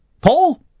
Paul